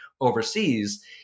overseas